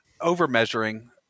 over-measuring